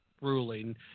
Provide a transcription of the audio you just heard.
ruling